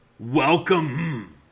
Welcome